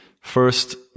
first